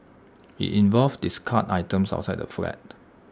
IT involved discarded items outside the flat